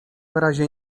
razie